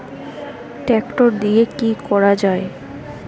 Tractor দিয়ে কি করা যায়?